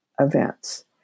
events